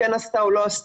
כן עשתה או לא עשתה.